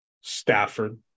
Stafford